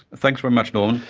thanks very much norman.